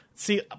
See